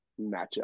Matchup